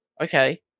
Okay